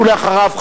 ואחריו,